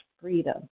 freedom